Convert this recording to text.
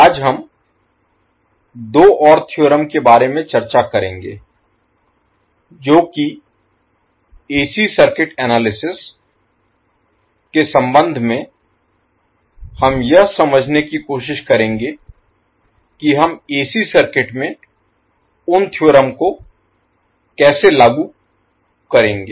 आज हम दो और थ्योरम के बारे में चर्चा करेंगे जो कि एसी सर्किट एनालिसिस विश्लेषण Analysis के संबंध में हम यह समझने की कोशिश करेंगे कि हम एसी सर्किट में उन थ्योरम को कैसे लागू करेंगे